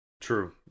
True